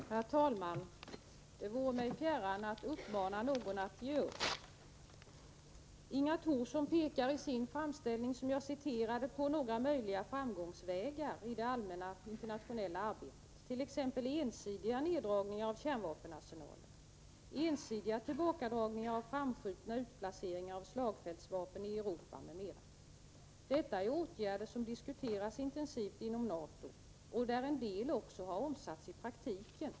Herr talman! Det vore mig fjärran att uppmana någon att ge upp. Inga Thorsson pekar i sin framställning, som jag citerade, på några tänkbara framgångsvägar i det allmänna internationella arbetet, t.ex. ensidiga neddragningar av kärnvapenarsenalen, ensidiga tillbakadragningar av framskjutna utplaceringar av slagfältsvapen i Europa, m.m. Detta är åtgärder som diskuteras intensivt inom NATO. En del har också omsatts i praktiken.